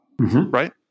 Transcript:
Right